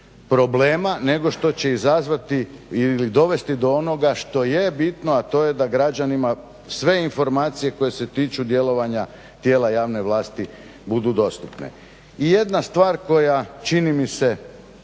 problema nego što će izazvati ili dovesti do onoga što je bitno, a to je da građanima sve informacije koje se tiču djelovanja tijela javne vlasti budu dostupne. I jedna stvar koja čini mi se